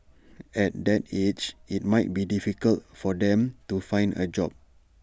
at that age IT might be difficult for them to find A job